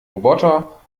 roboter